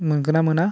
मोनगोनना मोना